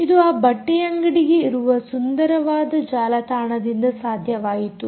ಇದು ಆ ಬಟ್ಟೆಯಂಗಡಿಗೆ ಇರುವ ಸುಂದರವಾದ ಜಾಲತಾಣದಿಂದ ಸಾಧ್ಯವಾಯಿತು